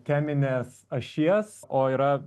teminės ašies o yra